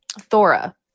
Thora